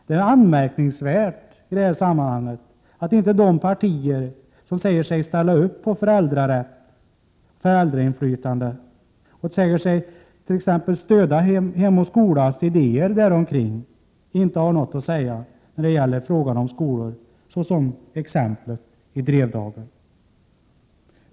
Det är anmärkningsvärt i det sammanhanget att inte de partier som säger sig ställa upp på föräldrarätt och föräldrainflytande och som säger sig stödja t.ex. Hem och skolas idéer där omkring inte har något att säga i fråga om skolor som den i Drevdagen.